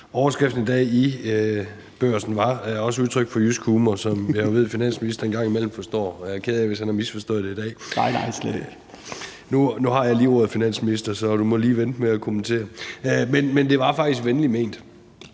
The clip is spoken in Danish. Overskriften i dag i Børsen var også udtryk for jysk humor, hvilket jeg ved finansministeren en gang imellem forstår. Jeg er ked af, hvis han har misforstået det i dag. (Finansministeren (Nicolai Wammen): Nej nej, slet ikke). Nu har jeg lige ordet, finansminister, så du må lige vente med at kommentere. Men det var faktisk venligt ment.